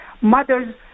mother's